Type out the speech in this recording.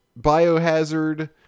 Biohazard